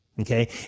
Okay